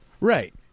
Right